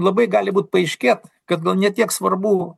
labai gali būt paaiškėt kad gal ne tiek svarbu